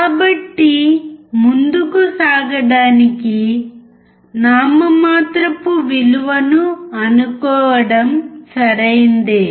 కాబట్టి ముందుకు సాగడానికి నామమాత్రపు విలువను అనుకోవడం సరైందే